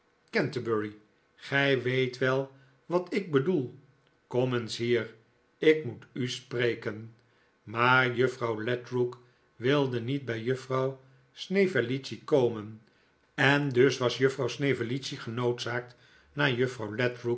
canterbury gij weet wel wat ik bedoel kom eens hier ik moet u spreken maar juffrouw ledrook wilde niet bij juffrouw snevellicci komen en dus was juffrouw snevellicci genoodzaakt naar juffrouw